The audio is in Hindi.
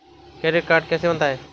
क्रेडिट कार्ड कैसे बनता है?